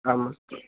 आम् अस्तु